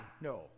no